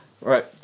right